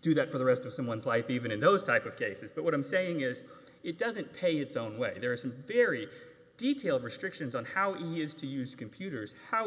do that for the rest of someone's life even in those type of cases but what i'm saying is it doesn't pay its own way there are some very detailed restrictions on how he is to use computers how